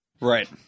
Right